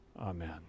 Amen